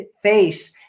face